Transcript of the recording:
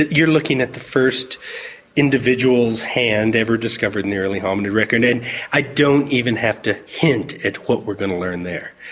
you're looking at the first individual's hand ever discovered in the early hominid record, and i don't even have to hint at what we're going to learn there.